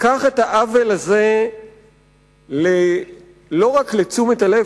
תיקח את העוול הזה לא רק לתשומת הלב,